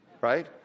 right